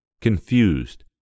confused